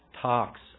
talks